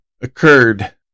occurred